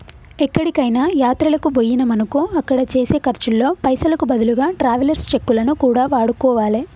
ఎక్కడికైనా యాత్రలకు బొయ్యినమనుకో అక్కడ చేసే ఖర్చుల్లో పైసలకు బదులుగా ట్రావెలర్స్ చెక్కులను కూడా వాడుకోవాలే